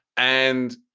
and.